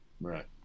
Right